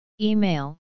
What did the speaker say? Email